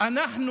אנחנו